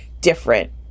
different